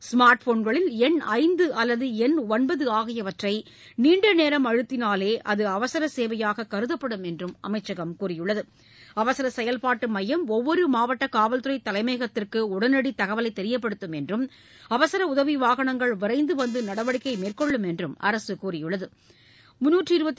smart போன்களில் எண் ஐந்து அல்லது எண் ஒன்பது ஆகியவற்றை நீண்ட நேரம் அழுத்தினாலே அது அவசர சேவையாக கருதப்படும் என்று அமைச்சகம் கூறியுள்ளது அவர செயல்பாட்டு மையம் ஒவ்வொரு மாவட்ட காவல் துறை தலைமையகத்திற்கு உடனடி தகவலை தெரியப்படுத்தும் என்றும் அவசர உதவி வாகனங்கள் விரைந்து வந்து நடவடிக்கை மேற்கொள்ளும் என்றும் அரசு தெரிவித்துள்ளது